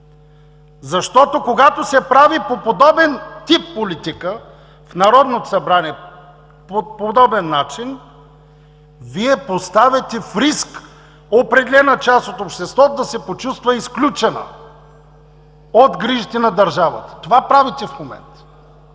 Защото, когато се прави подобен тип политика в Народното събрание, по подобен начин, Вие поставяте в риск определена част от обществото да се почувства изключена от грижите на държавата. Това правите в момента!